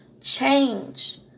change